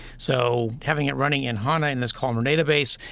so having it running in hana in this column database,